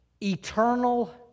eternal